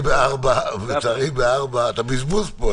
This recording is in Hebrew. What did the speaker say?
אתה בזבוז פה.